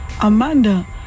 Amanda